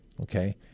okay